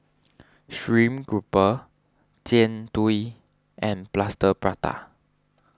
Stream Grouper Jian Dui and Plaster Prata